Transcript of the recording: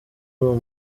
uwo